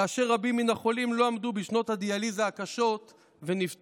ורבים מן החולים לא עמדו בשנות הדיאליזה הקשות ונפטרו.